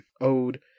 ode